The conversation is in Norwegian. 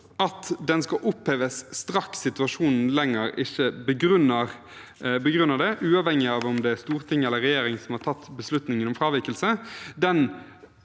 at den skal oppheves straks situasjonen ikke lenger begrunner det – uavhengig av om det er storting eller regjering som har tatt beslutningen om fravikelse